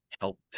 helped